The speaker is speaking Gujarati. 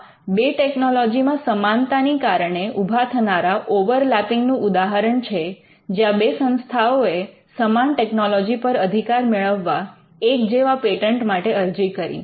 આ બે ટેકનોલોજીમાં સમાનતાની કારણે ઉભા થનારા ઓવરલેપિંગ નું ઉદાહરણ છે જ્યાં બે સંસ્થાઓએ સમાન ટેકનોલોજી પર અધિકાર મેળવવા એક જેવા પેટન્ટ માટે અરજી કરી